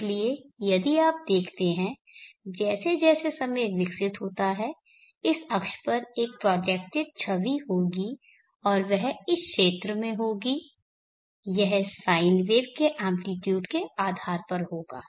इसलिए यदि आप देखते हैं जैसे जैसे समय विकसित होता है इस अक्ष पर एक प्रोजेक्टेड छवि होगी और वह इस क्षेत्र में होगी यह साइन वेव के एम्प्लीट्यूड के आधार पर होगा